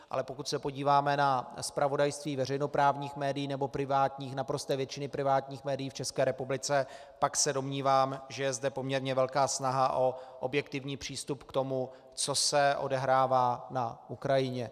Ale pokud se podíváme na zpravodajství veřejnoprávních médií nebo privátních, naprosté většiny privátních médií v České republice, pak se domnívám, že je zde poměrně velká snaha o objektivní přístup k tomu, co se odehrává na Ukrajině.